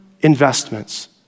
investments